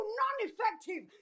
non-effective